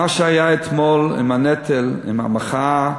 מה שהיה אתמול עם הנטל, עם המחאה,